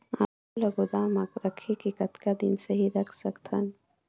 आलू ल गोदाम म रखे ले कतका दिन सही रख सकथन?